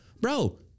Bro